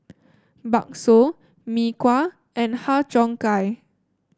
bakso Mee Kuah and Har Cheong Gai